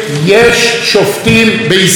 יש שופטים בירושלים,